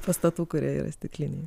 pastatų kurie yra stikliniai